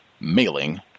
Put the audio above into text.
mailing